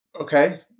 okay